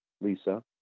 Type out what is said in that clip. Lisa